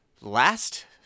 last